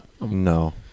No